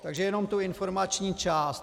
Takže jenom tu informační část.